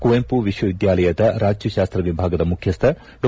ಕುವೆಂಪು ವಿಶ್ವವಿದ್ಯಾಲಯದ ರಾಜ್ಯತಾಸ್ತ್ರ ವಿಭಾಗದ ಮುಖ್ಯಸ್ಥ ಡಾ